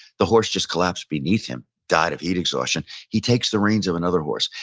the horse just collapsed beneath him. died of heat exhaustion. he takes the reins of another horse.